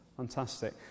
Fantastic